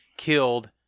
Killed